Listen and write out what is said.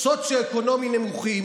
בסוציו-אקונומי נמוך,